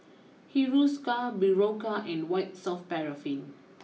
Hiruscar Berocca and White soft Paraffin